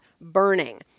burning